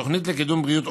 תוכנית לקידום בריאות,